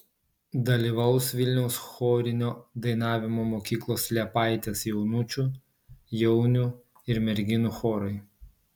dalyvaus vilniaus chorinio dainavimo mokyklos liepaitės jaunučių jaunių ir merginų chorai